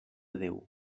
déu